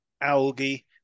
algae